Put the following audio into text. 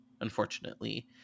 unfortunately